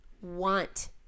want